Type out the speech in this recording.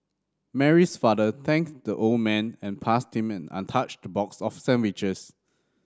Mary's father thanked the old man and passed him an untouched box of sandwiches